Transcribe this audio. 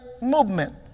movement